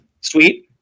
sweet